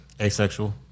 asexual